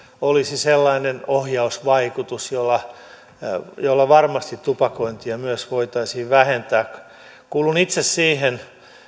olisi sellainen ohjausvaikutus jolla varmasti tupakointia myös voitaisiin vähentää kuulun itse siihen